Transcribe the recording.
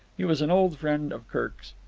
he was an old friend of kirk's.